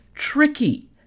tricky